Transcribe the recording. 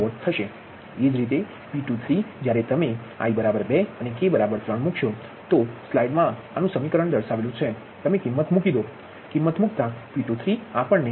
એ જ રીતે P23 પણ જ્યારે તમે i 2 અને k 3 તેથી સ્લાઇડ મા સમીકરણ દર્શાવેલુ છે તે મા તમે કીમ્મત મૂકી દો તમને તે મળશે